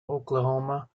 oklahoma